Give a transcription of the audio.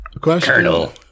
Colonel